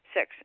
Six